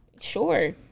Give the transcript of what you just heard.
sure